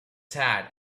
sad